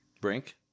brink